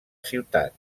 ciutat